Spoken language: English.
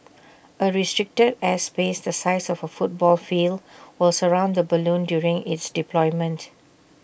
A restricted airspace the size of A football field will surround the balloon during its deployment